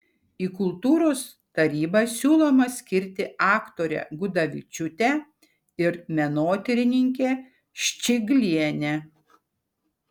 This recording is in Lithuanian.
į kultūros tarybą siūloma skirti aktorę gudavičiūtę ir menotyrininkę ščiglienę